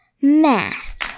Math